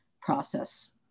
process